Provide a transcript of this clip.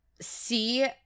see